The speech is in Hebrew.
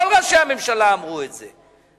כל ראשי הממשלה אמרו את זה,